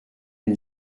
une